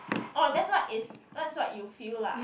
or that's what is that's what you feel lah